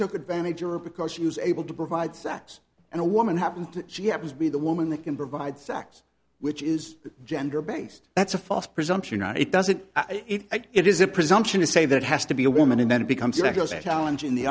took advantage of her because she was able to provide sex and a woman happened to she happens to be the woman that can provide sex which is gender based that's a false presumption not it doesn't it is a presumption to say that it has to be a woman and then it becomes not just a talent in the